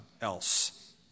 else